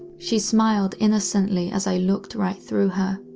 she smiled innocently as i looked right through her.